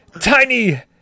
Tiny